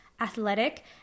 athletic